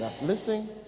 Listen